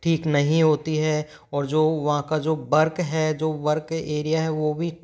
ठीक नहीं होती है और जो वहाँ का जो बर्क है जो वर्क एरिया है वो भी